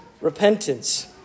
repentance